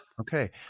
Okay